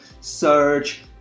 Search